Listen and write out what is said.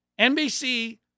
NBC